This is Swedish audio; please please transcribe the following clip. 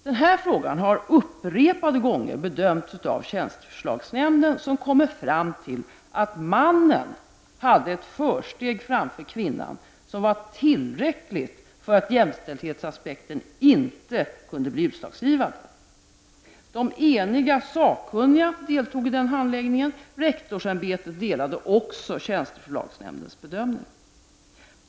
Den här frågan har upprepade gånger bedömts av tjänsteförslagsnämnden, som kommit fram till att den manlige sökanden hade ett försteg framför kvinnan som var tillräckligt för att jämställdhetsaspekten inte kunde bli utslagsgivande. De eniga sakkunniga deltog i den handläggningen. Rektorsämbetet delade också tjänsteförslagsnämndens bedömning.